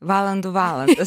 valandų valandas